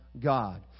God